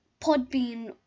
Podbean